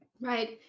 right